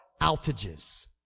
outages